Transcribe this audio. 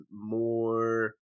more